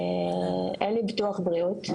אין לי ביטוח בריאות,